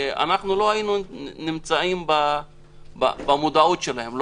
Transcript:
לא היינו נמצאים במודיעות שלהם.